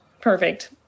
Perfect